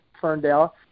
Ferndale